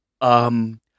um-